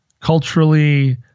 culturally